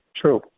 True